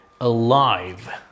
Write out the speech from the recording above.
alive